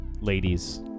Ladies